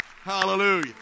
Hallelujah